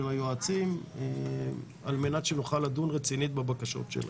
היועצים על מנת שנוכל לדון ברצינות בבקשות שלהם.